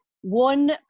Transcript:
one